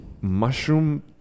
mushroom